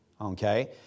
okay